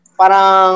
parang